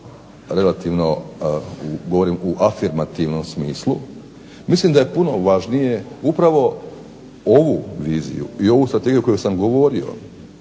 relativno govorim u afirmativnom smislu, mislim da je puno važnije upravo ovu viziju i ovu strategiju koju sam govorio,